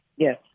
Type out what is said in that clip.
Yes